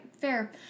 Fair